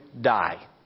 die